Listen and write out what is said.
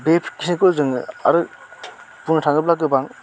बे खिनिखौ जोङो आरो बुंनो थांङोबा गोबां